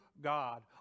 God